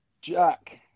Jack